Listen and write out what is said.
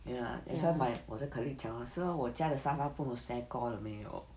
ya that's why my 我的 colleague 讲 lor 说我家的沙发不懂 segor 了没有